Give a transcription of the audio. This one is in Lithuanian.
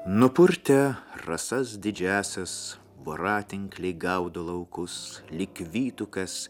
nupurtę rasas didžiąsias voratinkliai gaudo laukus lyg vytukas